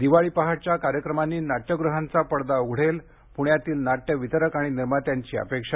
दिवाळी पहाट च्या कार्यक्रमांनी नाट्यगृहांचा पडदा उघडेल प्ण्यातील नाट्य वितरक आणि निर्मात्यांची अपेक्षा